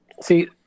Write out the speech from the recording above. See